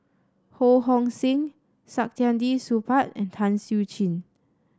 Ho Hong Sing Saktiandi Supaat and Tan Siew Sin